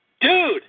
Dude